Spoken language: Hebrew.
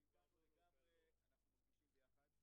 ואנחנו בודקים כל אירוע.